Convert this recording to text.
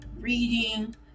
reading